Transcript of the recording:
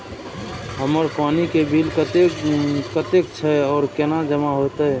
हमर पानी के बिल कतेक छे और केना जमा होते?